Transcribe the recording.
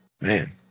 man